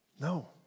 No